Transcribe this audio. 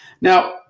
Now